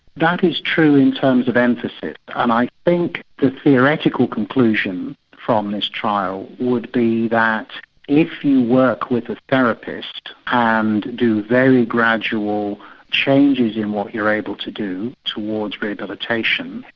that is true in terms of emphasis and i think the theoretical conclusion from this trial would be that if you work with a therapist and do very gradual changes in what you're able to do towards rehabilitation,